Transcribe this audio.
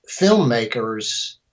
filmmakers